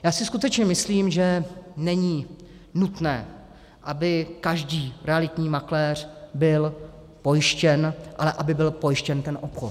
Já si skutečně myslím, že není nutné, aby každý realitní makléř byl pojištěn, ale aby byl pojištěn ten obchod.